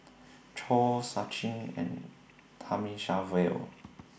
Choor Sachin and Thamizhavel